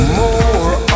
more